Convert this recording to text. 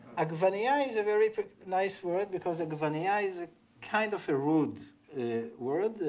agvenia is a very nice word because agvenia is a kind of a root word.